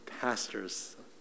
pastors